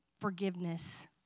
forgiveness